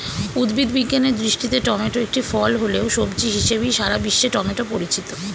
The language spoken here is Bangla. উদ্ভিদ বিজ্ঞানের দৃষ্টিতে টমেটো একটি ফল হলেও, সবজি হিসেবেই সারা বিশ্বে টমেটো পরিচিত